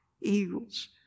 Eagles